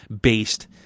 based